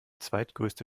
zweitgrößte